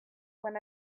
when